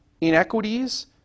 inequities